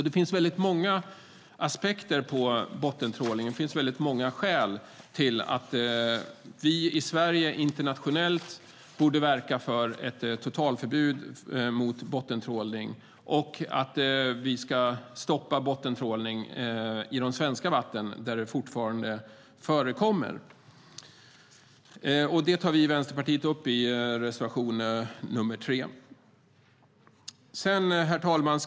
Det finns alltså många aspekter på bottentrålning och många skäl till att Sverige borde verka internationellt för ett totalförbud mot bottentrålning och stoppa bottentrålning i de svenska vatten där det fortfarande förekommer. Detta tar Vänsterpartiet upp i reservation nr 3. Herr talman!